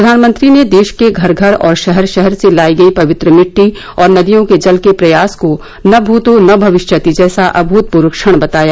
प्रधानमंत्री ने देश के घर घर और शहर शहर से लाई गई पवित्र मिट्टी और नदियों के जल के प्रयास को न भूतो न भविष्यति जैसा अभूतपूर्व क्षण बताया